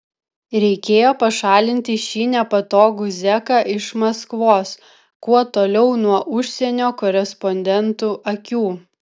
reikėjo pašalinti šį nepatogų zeką iš maskvos kuo toliau nuo užsienio korespondentų akių